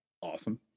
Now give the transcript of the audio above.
Awesome